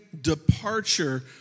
departure